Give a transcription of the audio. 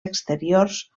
exteriors